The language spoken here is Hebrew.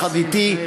אתי,